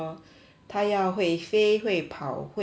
她要会飞会跑会